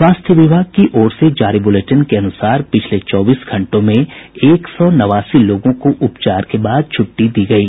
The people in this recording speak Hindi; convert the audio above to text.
स्वास्थ्य विभाग की बुलेटिन के अनुसार पिछले चौबीस घंटों में एक सौ नवासी लोगों को उपचार के बाद छुट्टी दी गयी